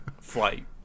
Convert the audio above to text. flight